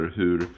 hur